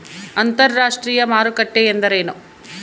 ಅಂತರಾಷ್ಟ್ರೇಯ ಮಾರುಕಟ್ಟೆ ಎಂದರೇನು?